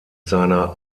seiner